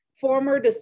former